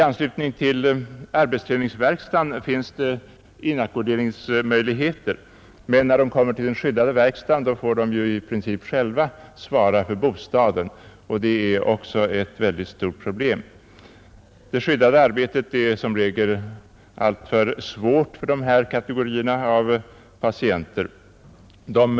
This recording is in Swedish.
I anslutning till arbetsträningsverkstaden finns det inackorderingsmöj ligheter, men när vederbörande kommer till den skyddade verkstaden får Nr 67 de i princip själva svara för bostaden, och det är också ett mycket stort Torsdagen den problem. Det skyddade arbetet är i regel alltför svårt för dessa 22 april 1971 patientkategorier.